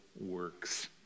works